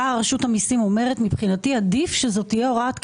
באה רשות המיסים ואומרת שמבחינתה עדיף שזאת תהיה הוראת קבע.